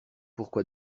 pourquoi